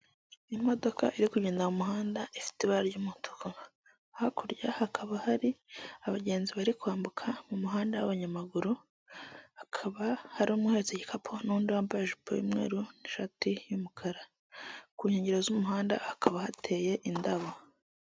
Imodoka iri kugenda mu muhanda ifite ibara ry'umutuku hakurya hakaba hari abagenzi bari kwambuka, mu muhanda w'abanyamaguru hakaba hari umwe uhetse igikapu n'undi wambaye ijipo y'umweru n'ishati y'umukara, ku nkengero z'umuhanda hakaba hateye indabo.